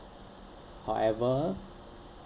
however